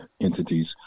entities